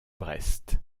brest